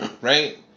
right